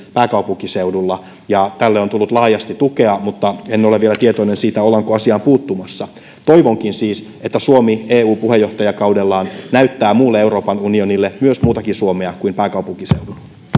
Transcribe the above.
pääkaupunkiseudulla tälle on tullut laajasti tukea mutta en ole vielä tietoinen siitä ollaanko asiaan puuttumassa toivonkin siis että suomi eu puheenjohtajakaudellaan näyttää muulle euroopan unionille myös muutakin suomea kuin pääkaupunkiseudun